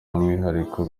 byumwihariko